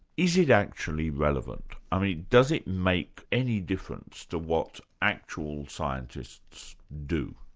is it actually relevant? i mean does it make any difference to what actual scientists do?